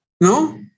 no